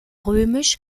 römisch